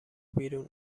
بیرون